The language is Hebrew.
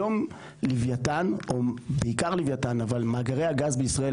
היום בעיקר לווייתן אבל מאגרי הגז בישראל,